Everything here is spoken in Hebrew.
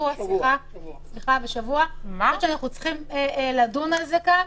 אני חושבת שאנחנו צריכים לדון בזה כאן.